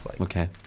Okay